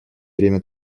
время